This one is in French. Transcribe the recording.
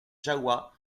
jahoua